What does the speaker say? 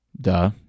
duh